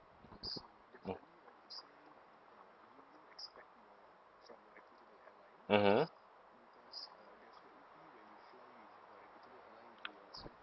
mm mmhmm